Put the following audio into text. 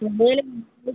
உங்கள் வேலை